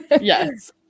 yes